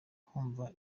kumva